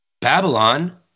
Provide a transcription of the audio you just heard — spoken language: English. Babylon